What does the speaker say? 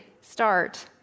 start